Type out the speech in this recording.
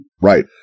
Right